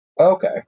Okay